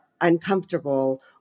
uncomfortable